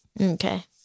okay